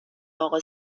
اقا